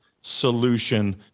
solution